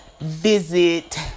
visit